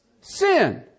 sin